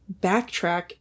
backtrack